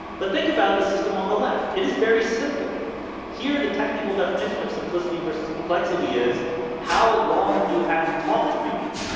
but think about the system on the left it is very simple here the technical definition of simplicity vs. complexity is how long do you have to talk to me?